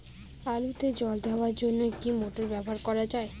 আলুতে জল দেওয়ার জন্য কি মোটর ব্যবহার করা যায়?